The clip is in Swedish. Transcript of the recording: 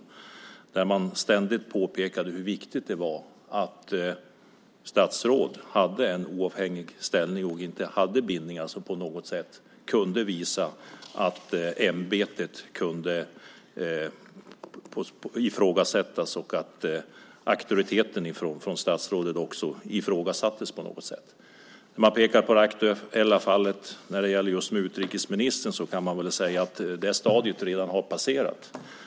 Då påpekade man ständigt hur viktigt det var att statsråd hade en oavhängig ställning och inte hade bindningar som på något sätt kunde visa att ämbetet och statsrådets auktoritet kunde ifrågasättas på något sätt. Om man pekar på det aktuella fallet just med utrikesministern så kan man säga att det stadiet redan har passerats.